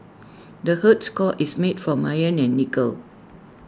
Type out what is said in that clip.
the Earth's core is made from iron and nickel